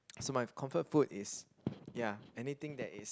so my comfort food is ya anything that is